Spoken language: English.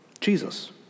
Jesus